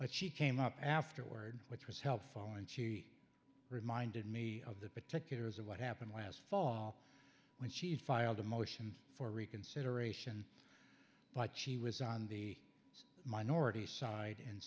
but she came up afterward which was helpful and she reminded me of the particulars of what happened last fall when she filed a motion for reconsideration but she was on the minority side and